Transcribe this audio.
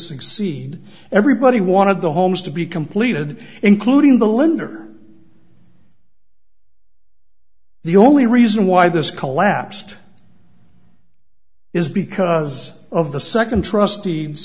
succeed everybody wanted the homes to be completed including the lender the only reason why this collapsed is because of the second trust